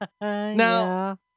Now